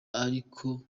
ariho